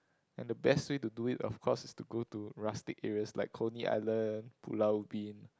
and the best way to do it of course is to go to rustic areas like Coney-Island Pulau-Ubin